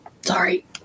Sorry